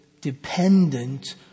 dependent